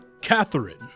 Catherine